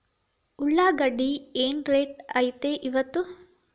ಉಳ್ಳಾಗಡ್ಡಿ ಏನ್ ರೇಟ್ ಐತ್ರೇ ಇಪ್ಪತ್ತು?